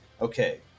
Okay